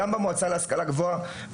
גם במועצה להשכלה גבוהה.